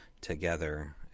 together